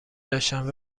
داشتند